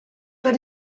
per